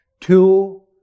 two